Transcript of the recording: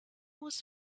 was